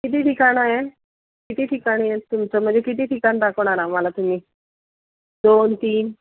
किती ठिकाणं आहे किती ठिकाणी आहे तुमचं म्हणजे किती ठिकाण दाखवणार आम्हाला तुम्ही दोन तीन